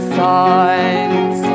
signs